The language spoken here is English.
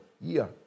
year